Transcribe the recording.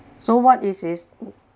so what it is